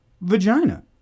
vagina